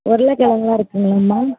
உருளைக்கெழங்குலாம் இருக்குதுங்களாம்மா